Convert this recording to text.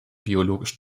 biologisch